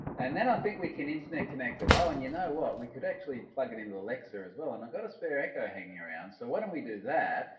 and then i think we can internet connect it. oh, and you know what? we could actually plug it into alexa as well. and i've got a spare echo hanging around, so why don't we do that?